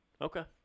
Okay